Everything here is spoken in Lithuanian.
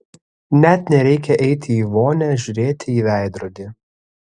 net nereikia eiti į vonią žiūrėti į veidrodį